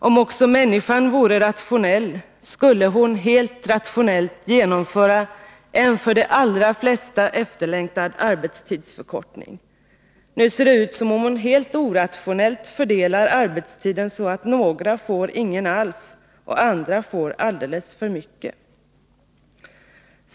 Om också människan vore rationell, skulle hon helt rationellt genomföra en för de allra flesta efterlängtad arbetstidsförkortning. Nu ser det ut som om hon helt irrationellt fördelar arbetstiden så att några får ingenting alls och andra får alldeles för mycket.